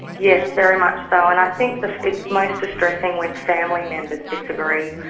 yes, very much so, and i think it's most distressing when family members disagree.